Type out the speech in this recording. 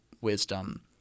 wisdom